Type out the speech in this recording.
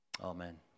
Amen